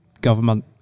government